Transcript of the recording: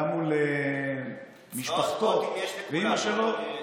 מול משפחתו ואימא שלו, צבאות בוטים יש לכולם.